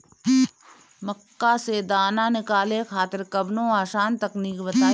मक्का से दाना निकाले खातिर कवनो आसान तकनीक बताईं?